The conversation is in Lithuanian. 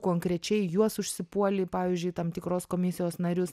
konkrečiai juos užsipuolei pavyzdžiui tam tikros komisijos narius